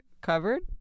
covered